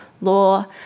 law